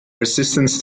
resistance